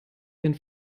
ihren